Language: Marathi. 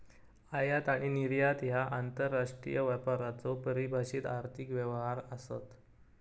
आयात आणि निर्यात ह्या आंतरराष्ट्रीय व्यापाराचो परिभाषित आर्थिक व्यवहार आसत